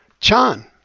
Chan